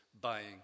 buying